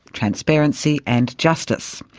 transparency and justice,